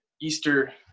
Easter